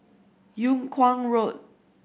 Yung Kuang Road